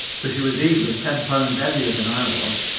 for she was easily ten pounds heavier than i was,